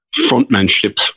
frontmanship